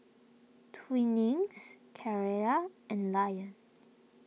Twinings Carrera and Lion